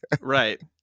right